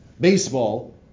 baseball